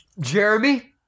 Jeremy